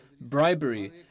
bribery